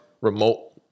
remote